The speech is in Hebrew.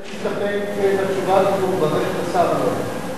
אני בהחלט מסתפק בתשובה, ואני מברך את השר עליה.